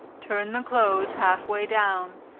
turn the clothes half way down,